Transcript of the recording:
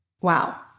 Wow